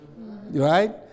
right